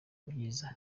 ibyiza